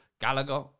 Gallagher